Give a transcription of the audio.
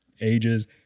ages